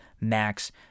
max